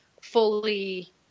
fully –